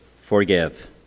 forgive